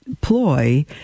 Ploy